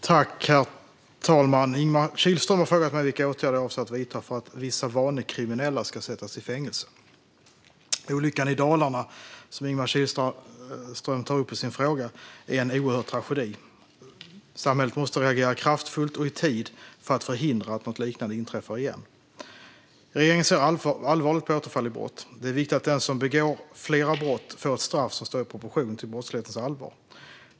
Herr talman! Ingemar Kihlström har frågat mig vilka åtgärder jag avser att vidta för att vissa vanekriminella ska sättas i fängelse. Olyckan i Dalarna, som Ingemar Kihlström tar upp i sin fråga, är en oerhörd tragedi. Samhället måste reagera kraftfullt och i tid för att förhindra att något liknande inträffar igen. Regeringen ser allvarligt på återfall i brott. Det är viktigt att den som begår flera brott får ett straff som står i proportion till brottslighetens allvar.